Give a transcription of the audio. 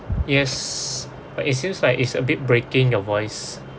yes but it seems like it's a bit breaking your voice